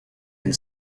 and